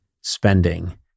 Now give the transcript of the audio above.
spending